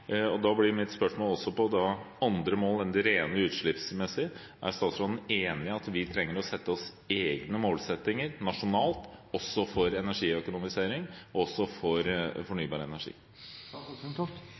land. Da blir mitt spørsmål om andre mål enn det rent utslippsmessige: Er statsråden enig i at vi trenger å sette oss egne målsettinger nasjonalt, også for energiøkonomisering og også for fornybar energi?